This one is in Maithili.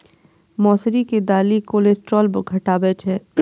मौसरी के दालि कोलेस्ट्रॉल घटाबै छै